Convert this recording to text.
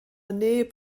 neb